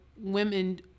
women